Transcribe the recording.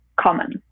common